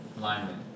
lineman